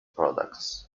products